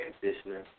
conditioner